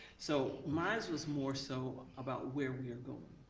so mines was more so about where we are going,